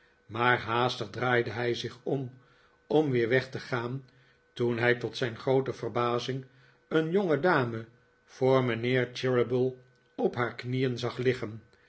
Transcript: maar haastig draaide hij zich om om weer weg te gaan toen hij tot zijn groote verbazing een jongedame voor mijnheer cheeryble op haar knieen zag liggen